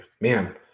man